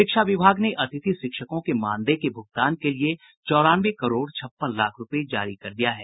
शिक्षा विभाग ने अतिथि शिक्षकों के मानदेय के भुगतान के लिये चौरानवे करोड़ छप्पन लाख रूपये जारी कर दिया है